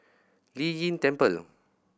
Lei Yin Temple